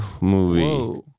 movie